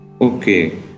Okay